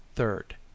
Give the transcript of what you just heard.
third